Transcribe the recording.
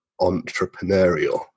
entrepreneurial